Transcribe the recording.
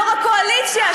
יושב-ראש הקואליציה,